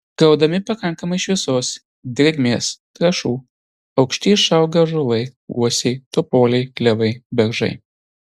gaudami pakankamai šviesos drėgmės trąšų aukšti išauga ąžuolai uosiai topoliai klevai beržai